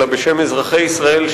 אלא בשם אזרחי ישראל,